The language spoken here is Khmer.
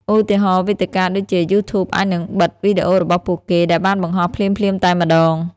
ឧទាហរណ៍ វេទិកាដូចជា យូធូប អាចនឹងបិទវីដេអូរបស់ពួកគេ ដែលបានបង្ហោះភ្លាមៗតែម្ដង។